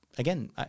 Again